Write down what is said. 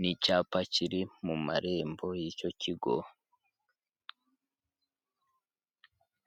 n'icyapa kiri mu marembo y'icyo kigo.